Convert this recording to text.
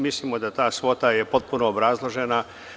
Mislimo da ta svota je potpuno obrazložena.